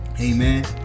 Amen